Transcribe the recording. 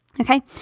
Okay